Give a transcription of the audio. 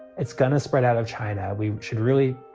it's gonna spread out of china. we should really